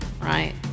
right